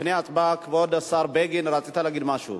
לפני הצבעה, כבוד השר בגין, רצית להגיד משהו?